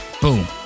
boom